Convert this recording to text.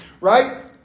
Right